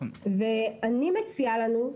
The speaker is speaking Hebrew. ואני מציעה לנו,